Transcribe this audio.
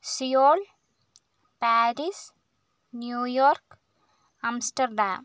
Seoul Paris New York Amsterdam